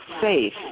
safe